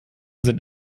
sind